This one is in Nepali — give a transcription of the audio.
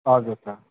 हजुर सर